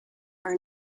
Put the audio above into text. are